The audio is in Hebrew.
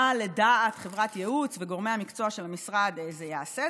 לדעת חברת ייעוץ וגורמי המקצוע של המשרד זה יעשה.